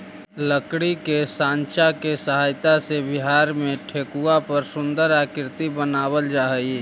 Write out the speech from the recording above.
लकड़ी के साँचा के सहायता से बिहार में ठेकुआ पर सुन्दर आकृति बनावल जा हइ